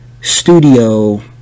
studio